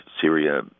Syria